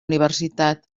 universitat